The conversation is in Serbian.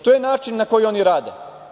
To je način na koji oni rade.